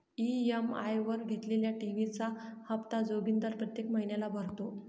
EMI वर घेतलेल्या TV चा हप्ता जोगिंदर प्रत्येक महिन्याला भरतो